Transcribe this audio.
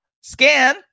scan